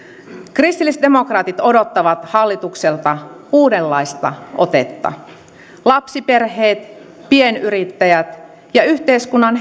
kristillisdemokraatit odottavat hallitukselta uudenlaista otetta lapsiperheet pienyrittäjät ja yhteiskunnan